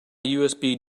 usb